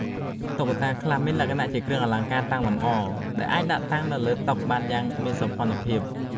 តុក្កតាខ្លះមានលក្ខណៈជា គ្រឿងអលង្ការតាំងលម្អ ដែលអាចដាក់តាំងនៅលើតុធ្វើការយ៉ាងមានសោភ័ណភាព។